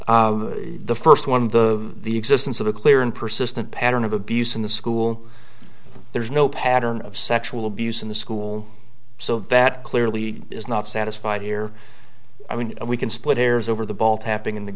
one the first one the the existence of a clear and persistent pattern of abuse in the school there's no pattern of sexual abuse in the school so that clearly is not satisfied here i mean we can split hairs over the ball tapping in